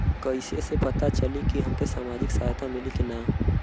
कइसे से पता चली की हमके सामाजिक सहायता मिली की ना?